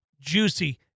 juicy